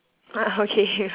ah okay